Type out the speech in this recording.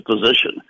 position